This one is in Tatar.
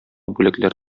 бүләкләр